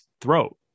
throat